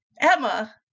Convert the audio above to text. Emma